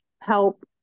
help